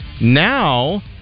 now